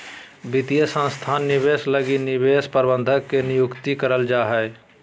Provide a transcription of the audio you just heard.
वित्तीय संस्थान निवेश लगी निवेश प्रबंधक के नियुक्ति करल जा हय